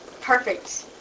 perfect